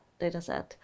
dataset